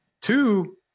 Two